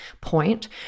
point